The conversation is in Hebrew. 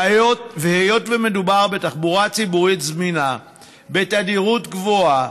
והיות שמדובר בתחבורה ציבורית זמינה בתדירות גבוהה,